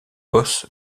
boss